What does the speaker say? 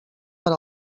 per